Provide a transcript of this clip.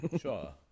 Sure